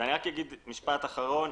משפט אחרון,